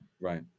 Right